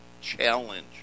challenge